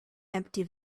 empty